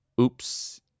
oops